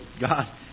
God